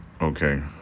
Okay